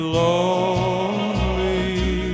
lonely